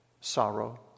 sorrow